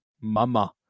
mama